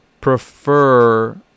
prefer